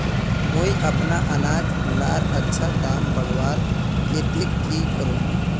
मुई अपना अनाज लार अच्छा दाम बढ़वार केते की करूम?